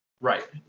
Right